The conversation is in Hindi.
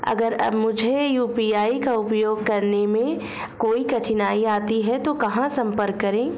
अगर मुझे यू.पी.आई का उपयोग करने में कोई कठिनाई आती है तो कहां संपर्क करें?